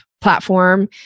platform